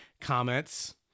Comments